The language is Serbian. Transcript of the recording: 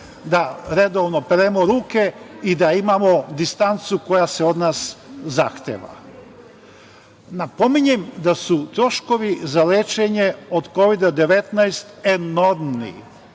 da redovno peremo ruke i da imamo distancu koja se od nas zahteva. Napominjem da su troškovi za lečenje od Kovida 19 enormni